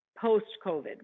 post-COVID